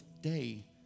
day